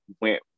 went